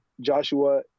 Joshua